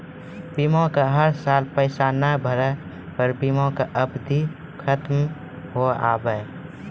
बीमा के हर साल पैसा ना भरे पर बीमा के अवधि खत्म हो हाव हाय?